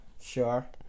sure